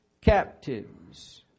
captives